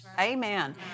Amen